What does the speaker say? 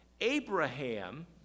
Abraham